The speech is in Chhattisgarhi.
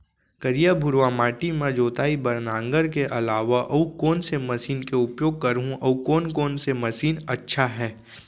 करिया, भुरवा माटी म जोताई बार नांगर के अलावा अऊ कोन से मशीन के उपयोग करहुं अऊ कोन कोन से मशीन अच्छा है?